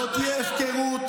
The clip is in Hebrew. אתה הבעיה.